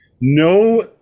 no